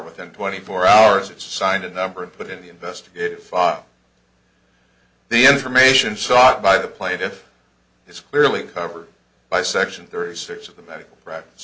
within twenty four hours it's signed a number and put in the investigative file the information sought by the plate if it's clearly covered by section thirty six of the medical practice